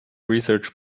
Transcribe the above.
research